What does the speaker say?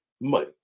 money